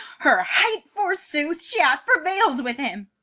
her height, forsooth, she hath prevail'd with him.